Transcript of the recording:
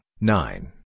nine